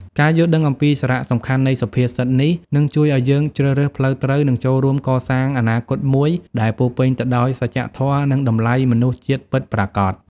ការយល់ដឹងអំពីសារៈសំខាន់នៃសុភាសិតនេះ នឹងជួយឲ្យយើងជ្រើសរើសផ្លូវត្រូវ និងចូលរួមកសាងអនាគតមួយដែលពោរពេញទៅដោយសច្ចធម៌ និងតម្លៃមនុស្សជាតិពិតប្រាកដ។